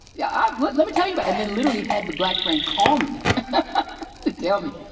yeah, let let me tell you about, and then literally had the black friend call me to tell me.